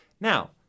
Now